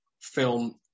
film